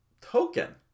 token